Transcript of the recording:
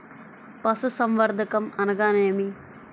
పశుసంవర్ధకం అనగానేమి?